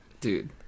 Dude